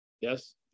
yes